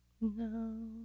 No